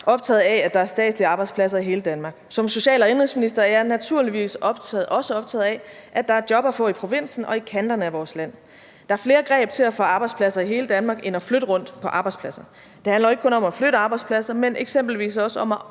er – at der er statslige arbejdspladser i hele Danmark. Som social- og indenrigsminister er jeg naturligvis også optaget af, at der er job at få i provinsen og i kanterne af vores land. Der er flere greb til at få arbejdspladser i hele Danmark end det at flytte rundt på arbejdspladser. Det handler jo ikke kun om at flytte arbejdspladser, men eksempelvis også om at